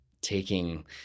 taking